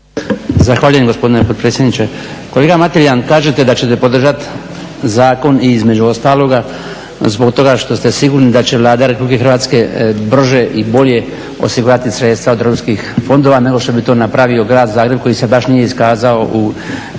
Zahvaljujem gospodine potpredsjedniče. Kolega Mateljan, kažete da ćete podržat zakon i između ostaloga zbog toga što ste sigurni da će Vlada RH brže i bolje osigurati sredstva od europskih fondova nego što bi to napravio grad Zagreb koji se baš nije iskazao u